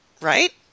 right